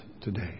today